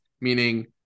meaning